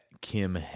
Kim